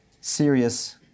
serious